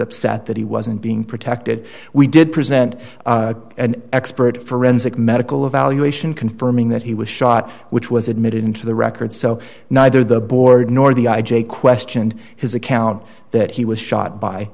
upset that he wasn't being protected we did present an expert forensic medical evaluation confirming that he was shot which was admitted into the record so neither the board nor the i j a questioned his account that he was shot